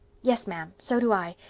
yes, ma'am, so do i.